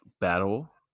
battle